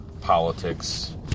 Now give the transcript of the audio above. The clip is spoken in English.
politics